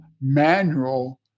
manual